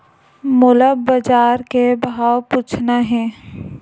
मोला बजार के भाव पूछना हे?